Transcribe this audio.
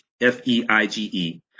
F-E-I-G-E